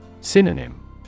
Synonym